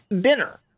dinner